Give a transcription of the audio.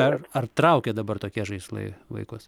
ar ar traukia dabar tokie žaislai vaikus